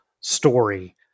story